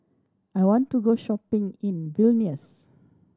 I want to go shopping in Vilnius